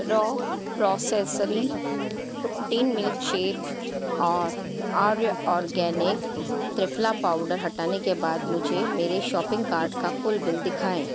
raw प्रॉसेसरी protein milkshake और आर्य ऑर्गेनिक त्रिफला पाउडर हटाने के बाद मुझे मेरे शॉपिंग कार्ट का कुल बिल दिखाएँ